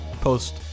post